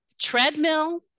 treadmill